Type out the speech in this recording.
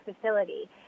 facility